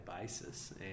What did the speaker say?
basis